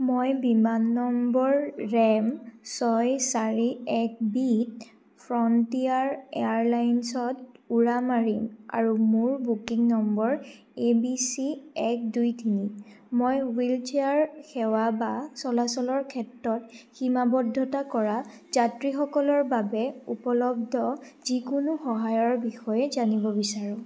মই বিমান নম্বৰ ৰেম ছয় চাৰি এক বিত ফ্ৰণ্টিয়াৰ এয়াৰলাইন্সত উৰা মাৰিম আৰু মোৰ বুকিং নম্বৰ এ বি চি এক দুই তিনি মই হুইলচেয়াৰ সেৱা বা চলাচলৰ ক্ষেত্ৰত সীমাৱদ্ধতা কৰা যাত্ৰীসকলৰ বাবে উপলব্ধ যিকোনো সহায়ৰ বিষয়ে জানিব বিচাৰোঁ